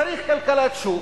צריך כלכלת שוק,